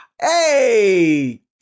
Hey